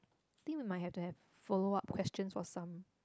think we might have to have follow up questions for some